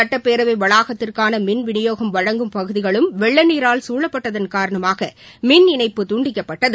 சட்டப்பேரவை வளாகத்திற்கான மின்விளியோகம் வழங்கும் பகுதிகளும் வெள்ளநீரால் சூழப்பட்டதன் காரணமாக மின்இணைப்பு துண்டிக்கப்பட்டது